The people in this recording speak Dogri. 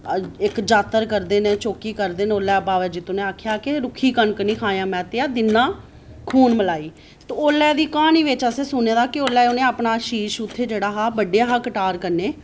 इक्क जात्तर करदे न चौकी करदे ओल्लै बावा जित्तो ने आक्खेआ कि रुक्खी कनक निं खायां मैह्तेआ दिन्ना खून मलाई ते ओल्लै दी क्हानी बिच्च असें सुने दा कि ओल्लै उ'नें अपना शीश उत्थै जेह्ड़ा हा बड्ढेआ हा कटार कन्नै